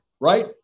right